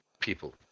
people